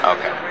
Okay